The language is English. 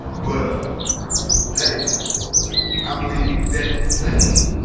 but hey i believe that same